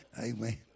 Amen